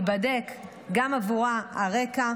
ייבדק גם עבורה הרקע,